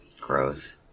Gross